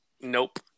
Nope